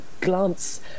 glance